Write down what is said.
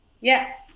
Yes